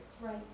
Right